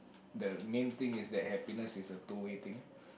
the main thing is that happiness is a two way thing